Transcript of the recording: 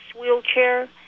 wheelchair